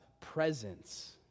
presence